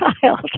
child